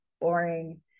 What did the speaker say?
boring